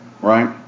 right